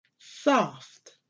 soft